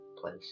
place